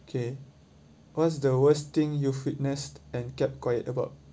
okay what's the worst thing you've witnessed and kept quiet about